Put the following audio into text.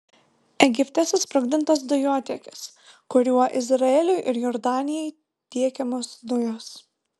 egipte susprogdintas dujotiekis kuriuo izraeliui ir jordanijai tiekiamos dujos